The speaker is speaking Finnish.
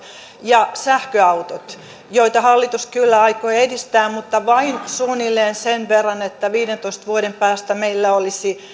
ja sähköautot joita hallitus kyllä aikoo edistää mutta vain suunnilleen sen verran että viidentoista vuoden päästä meillä olisi